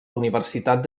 universitat